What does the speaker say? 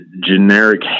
generic